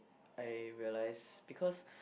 I realise because